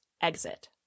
exit